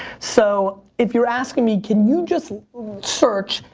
so, if you're asking me, can you just search,